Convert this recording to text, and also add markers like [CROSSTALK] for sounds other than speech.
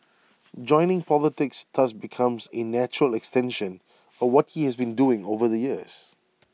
[NOISE] joining politics thus becomes A natural extension of what he has been doing over the years